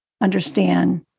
understand